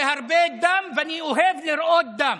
זה הרבה דם, ואני אוהב לראות דם.